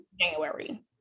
January